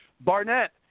Barnett